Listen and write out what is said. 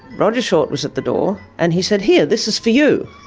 roger short was at the door, and he said, here, this is for you.